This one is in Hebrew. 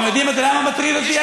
אתם יודעים מה מטריד אותי,